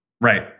Right